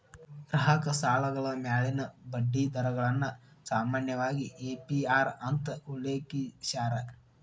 ಗ್ರಾಹಕ ಸಾಲಗಳ ಮ್ಯಾಲಿನ ಬಡ್ಡಿ ದರಗಳನ್ನ ಸಾಮಾನ್ಯವಾಗಿ ಎ.ಪಿ.ಅರ್ ಅಂತ ಉಲ್ಲೇಖಿಸ್ಯಾರ